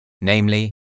namely